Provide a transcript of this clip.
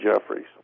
Jeffries